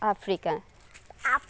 Africa